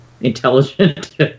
intelligent